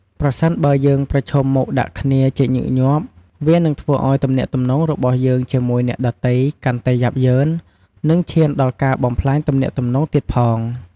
ប្រសិនបើយើងប្រឈមមុខដាក់គ្នាជាញឹកញាប់ វានឹងធ្វើឲ្យទំនាក់ទំនងរបស់យើងជាមួយអ្នកដទៃកាន់តែយ៉ាប់យ៉ឺន និងឈានដល់ការបំផ្លាញទំនាក់ទំនងទៀតផង ។